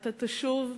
אתה תשוב.